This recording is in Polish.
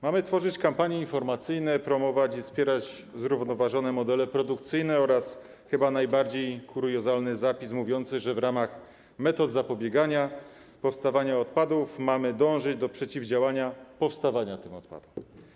Mamy tworzyć kampanie informacyjne, promować i wspierać zrównoważone modele produkcyjne oraz - to chyba najbardziej kuriozalny zapis - w ramach metod zapobiegania powstawaniu odpadów mamy dążyć do przeciwdziałania powstaniu tych odpadów.